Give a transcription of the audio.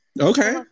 Okay